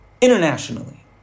Internationally